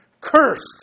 Cursed